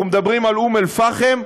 אנחנו מדברים על אום-אלפחם,